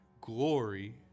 glory